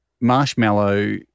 Marshmallow